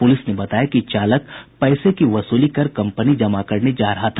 police ने बताया कि चालक पैसे वसूली कर कम्पनी जमा कराने जा रहा था